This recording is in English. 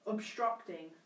Obstructing